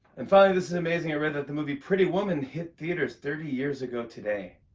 and, finally, this is amazing. i read that the movie pretty woman hit theaters thirty years ago today.